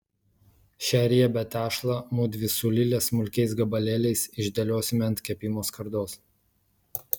šią riebią tešlą mudvi su lile smulkiais gabalėliais išdėliosime ant kepimo skardos